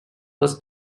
was